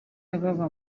yagwaga